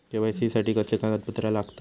KYC साठी कसली कागदपत्र लागतत?